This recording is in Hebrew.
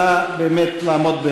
נא לעמוד,